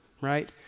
right